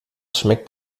schmeckt